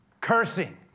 cursing